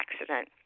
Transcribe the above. accident